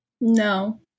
No